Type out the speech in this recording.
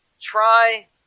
try